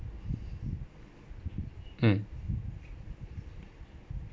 mm